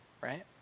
right